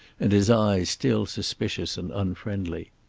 and his eyes still suspicious and unfriendly.